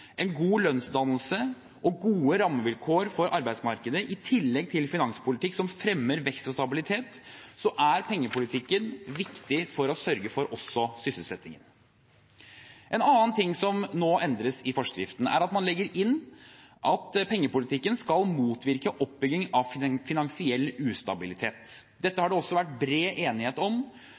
en god lønnsdannelse og gode rammevilkår for arbeidsmarkedet, i tillegg til finanspolitikk som fremmer vekst og stabilitet, er pengepolitikken viktig for å sørge for også sysselsettingen. En annen ting som nå endres i forskriften, er at man legger inn at pengepolitikken skal motvirke oppbygging av finansiell ustabilitet. Dette har det også vært bred enighet om